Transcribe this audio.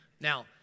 Now